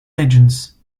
agents